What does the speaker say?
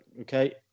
Okay